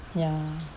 ya